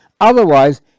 otherwise